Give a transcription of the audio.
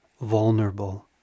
vulnerable